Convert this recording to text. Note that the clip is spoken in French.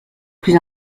plus